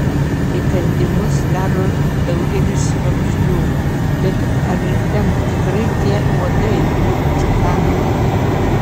įkandimus daro daugelis vabzdžių bet ar ten tikrai tie uodai kur kanda